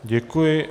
Děkuji.